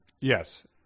yes